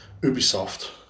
Ubisoft